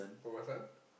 oh was I